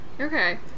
Okay